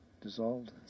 dissolved